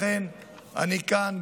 לכן אני כאן,